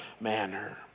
manner